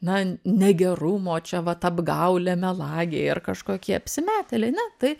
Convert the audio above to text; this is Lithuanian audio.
na negerumo čia vat apgaulė melagiai ar kažkokie apsimetėliai ne tai